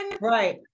right